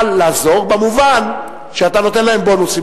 אבל לעזור במובן שאתה נותן להם בונוסים.